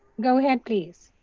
go ahead, please.